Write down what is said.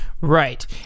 Right